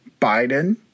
Biden